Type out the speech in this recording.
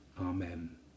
Amen